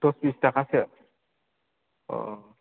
दस बिस थाखासो अ